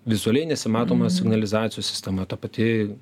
vizualiai nesimatoma signalizacijos sistema ta pati